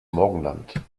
morgenland